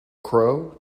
crow